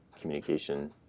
communication